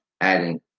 Adding